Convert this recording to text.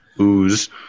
ooze